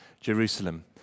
Jerusalem